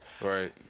Right